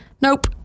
Nope